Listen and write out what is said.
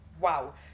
wow